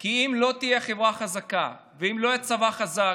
כי אם לא תהיה חברה חזקה ואם לא יהיה צבא חזק,